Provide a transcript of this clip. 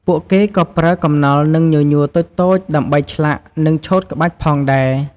ពួកគេក៏ប្រើ កំណល់ និង ញញួរ តូចៗដើម្បី ឆ្លាក់ និងឆូតក្បាច់ផងដែរ។